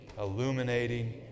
illuminating